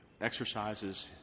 exercises